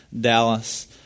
Dallas